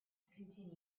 continue